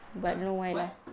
!huh! what